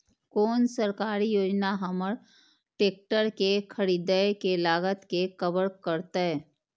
कोन सरकारी योजना हमर ट्रेकटर के खरीदय के लागत के कवर करतय?